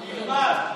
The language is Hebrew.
תלמד.